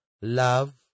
love